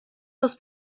los